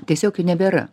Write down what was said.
tiesiog nebėra